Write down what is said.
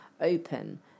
open